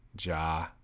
Ja